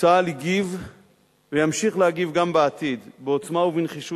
צה"ל הגיב וימשיך להגיב גם בעתיד בעוצמה ובנחישות